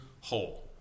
whole